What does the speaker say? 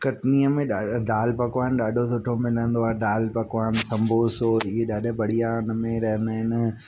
कटनीअ में ॾाढा दाल पकवान ॾाढो सुठो मिलंदो आहे दाल पकवान संबोसो इहे ॾाढा बढ़िया हुन में रहंदा आहिनि